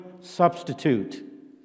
substitute